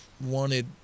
wanted